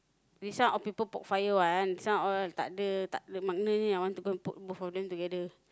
this one all people poke fire one this one all tak de tak I want to go and poke both of them together